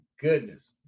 goodness